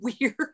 weird